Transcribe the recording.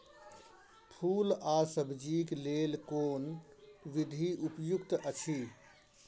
फूल आ सब्जीक लेल कोन विधी उपयुक्त अछि?